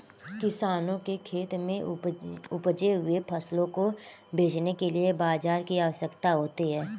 किसानों के खेत में उपजे हुए फसलों को बेचने के लिए बाजार की आवश्यकता होती है